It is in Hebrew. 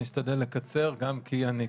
אני אשתדל לקצר, גם כי אני כבר,